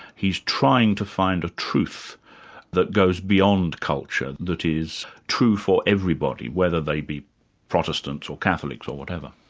he's trying to find a truth that goes beyond culture that is true for everybody whether they be protestants or catholics or whatever.